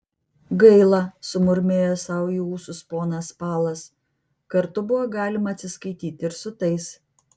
gaila sumurmėjo sau į ūsus ponas palas kartu buvo galima atsiskaityti ir su tais